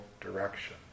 direction